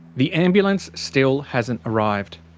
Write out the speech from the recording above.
the ambulance still hasn't arrived.